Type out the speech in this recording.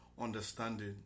understanding